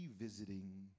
revisiting